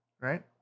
Right